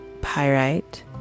pyrite